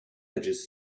edges